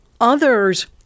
others